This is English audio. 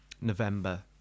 November